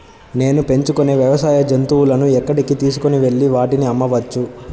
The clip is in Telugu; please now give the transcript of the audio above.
నేను పెంచుకొనే వ్యవసాయ జంతువులను ఎక్కడికి తీసుకొనివెళ్ళి వాటిని అమ్మవచ్చు?